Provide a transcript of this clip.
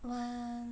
!wah!